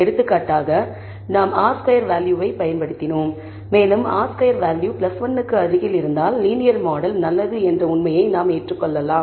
எடுத்துக்காட்டாக நாம் r square வேல்யூவை பயன்படுத்தலாம் மேலும் r ஸ்கொயர் வேல்யூ 1 க்கு அருகில் இருந்தால் லீனியர் மாடல் நல்லது என்ற உண்மையை நாம் ஏற்றுக்கொள்ளலாம்